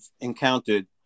encountered